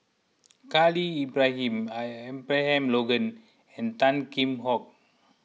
Khalil Ibrahim Abraham Logan and Tan Kheam Hock